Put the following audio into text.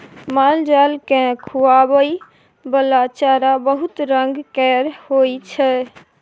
मालजाल केँ खुआबइ बला चारा बहुत रंग केर होइ छै